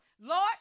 Lord